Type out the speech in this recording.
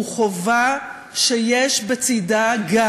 הוא חובה שבצדה גם,